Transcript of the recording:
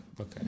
Okay